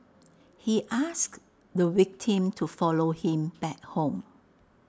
he asked the victim to follow him back home